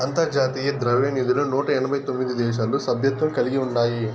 అంతర్జాతీయ ద్రవ్యనిధిలో నూట ఎనబై తొమిది దేశాలు సభ్యత్వం కలిగి ఉండాయి